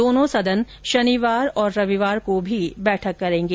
दोनों सदन शनिवार और रविवार को भी बैठक करेंगे